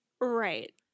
Right